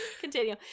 continue